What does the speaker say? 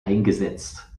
eingesetzt